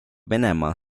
venemaa